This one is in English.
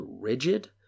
rigid